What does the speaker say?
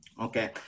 Okay